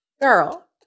girl